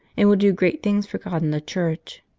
and will do great things for god and the church.